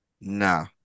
Nah